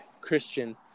Christian